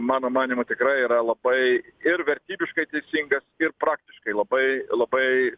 mano manymu tikrai yra labai ir vertybiškai teisingas ir praktiškai labai labai